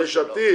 יש עתיד